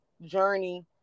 Journey